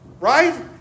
right